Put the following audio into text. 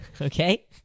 Okay